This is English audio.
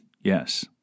Yes